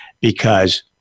because-